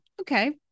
Okay